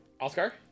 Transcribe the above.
Oscar